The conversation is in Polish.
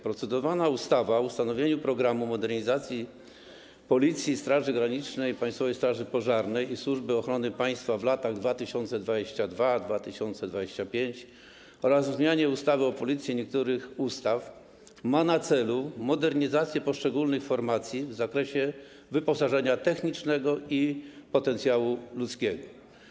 Procedowany projekt ustawy o ustanowieniu „Programu modernizacji Policji, Straży Granicznej, Państwowej Straży Pożarnej i Służby Ochrony Państwa w latach 2022-2025” oraz o zmianie ustawy o Policji i niektórych innych ustaw ma na celu modernizację poszczególnych formacji w zakresie wyposażenia technicznego i potencjału ludzkiego.